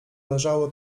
leżało